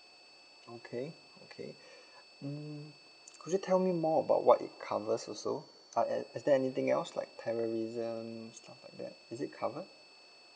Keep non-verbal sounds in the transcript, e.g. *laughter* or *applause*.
okay okay *breath* mm could you tell me more about what it covers also uh are is there anything else like terrorism stuff like that is it covered